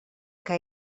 que